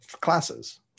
classes